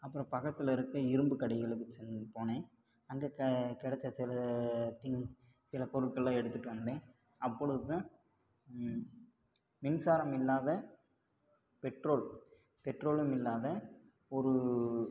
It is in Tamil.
அப்புறம் பக்கத்தில் இருக்க இரும்பு கடைகளுக்கு சென் போனேன் அங்கே க கிடச்ச சில திங் சில பொருட்கள்லாம் எடுத்துட்டு வந்தேன் அப்பொழுதுதான் மின்சாரம் இல்லாத பெட்ரோல் பெட்ரோலும் இல்லாத ஒரு